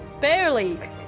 Barely